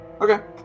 Okay